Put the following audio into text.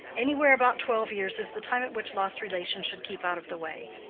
anywhere about twelve years is the time at which lost relations should keep out of the way.